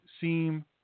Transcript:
seem